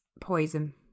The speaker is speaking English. poison